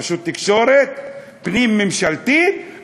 רשות תקשורת פנים-ממשלתית,